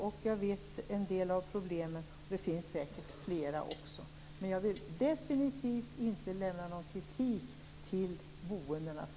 Jag är medveten om en del av problemen, och det finns säkert fler. Jag vill definitivt inte lämna någon kritik till härbärgena.